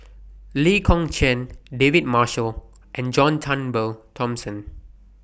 Lee Kong Chian David Marshall and John Turnbull Thomson